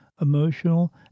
emotional